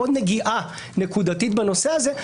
בנגיעה מאוד נקודתית בנושא הזה,